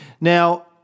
Now